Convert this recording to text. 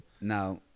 Now